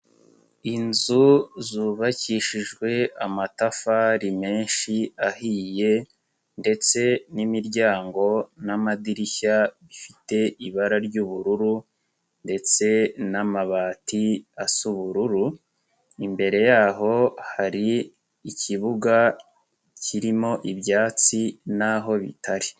Inzu zubakishijwe amatafari menshi ahiye ndetse n'imiryango n'amadirishya bifite ibara ry'ubururu ndetse n'amabati asa ubururu, imbere yaho hari ikibuga kirimo ibyatsi n'aho bitari.